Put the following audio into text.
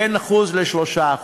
בין 1% ל-3%.